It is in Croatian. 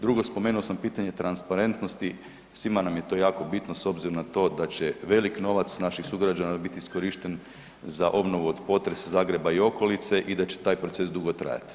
Drugo spomenuo sam pitanje transparentnosti, svima nam je to jako bitno s obzirom na to da će veliki novac naših sugrađana biti iskorišten za obnovu od potresa Zagreba i okolice i da će taj proces dugo trajati.